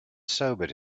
sobered